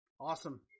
awesome